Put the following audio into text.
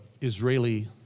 Israeli